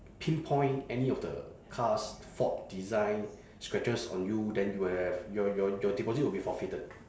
pinpoint any of the car's fault design scratches on you then you will have your your your deposit will be forfeited